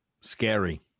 scary